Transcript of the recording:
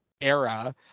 era